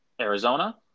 Arizona